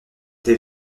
des